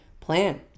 plan